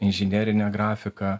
inžinerinę grafiką